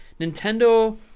Nintendo